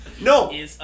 No